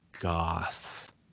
Goth